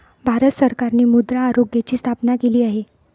भारत सरकारने मृदा आरोग्याची स्थापना केली आहे